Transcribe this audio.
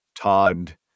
Todd